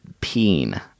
peen